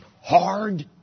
hard